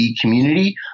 community